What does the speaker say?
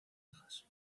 hijas